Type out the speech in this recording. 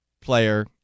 player